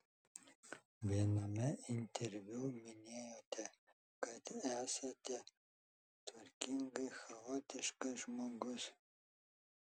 viename interviu minėjote kad esate tvarkingai chaotiškas žmogus